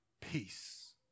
Peace